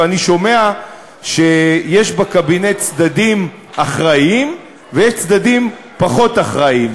ואני שומע שיש בקבינט צדדים אחראיים ויש צדדים פחות אחראיים.